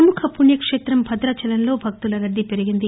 ప్రముఖ పుణ్యక్షేత్రం భదాచలంలో భక్తుల రద్దీ పెరిగింది